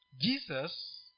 Jesus